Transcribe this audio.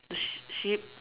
the the sheep